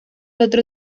otro